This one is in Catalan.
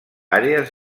àrees